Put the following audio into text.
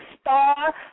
star